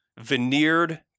veneered